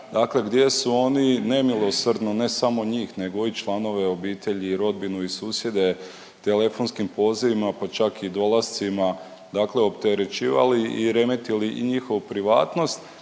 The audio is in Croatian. gdje su oni nemilosrdno ne samo njih nego i članove obitelji i rodbinu i susjede, telefonskim pozivima pa čak i dolascima dakle opterećivali i remetili njihovu privatnost